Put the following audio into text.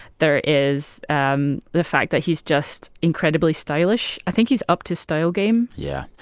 there is um the fact that he's just incredibly stylish. i think he's upped his style game yeah.